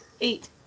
Eight